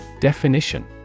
Definition